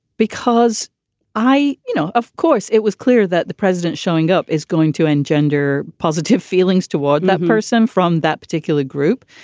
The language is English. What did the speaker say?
because i you know, of course, it was clear that the president showing up is going to engender positive feelings toward that person from that particular group.